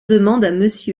demande